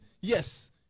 yes